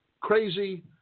crazy